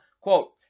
quote